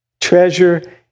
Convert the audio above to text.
Treasure